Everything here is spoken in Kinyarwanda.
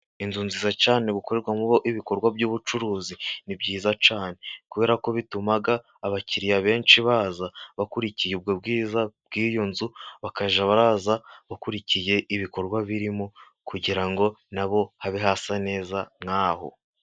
Inzu nziza cyane ikorerwamo ibikorwa by'ubucuruzi ni byiza cyane kubera ko bituma abakiriya benshi baza bakurikiye ubwo bwiza bw'iyo nzu, bakajya baza bakurikiye ibikorwa birimo kugira ngo nabo babe basa neza nkaho.